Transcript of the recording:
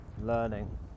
learning